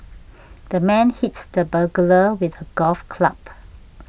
the man hit the burglar with a golf club